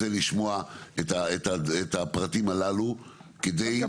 רוצה לשמוע את הפרטים הללו, כדי שנקבל.